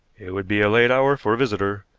it would be a late hour for a visitor,